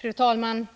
Fru talman!